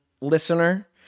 listener